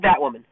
Batwoman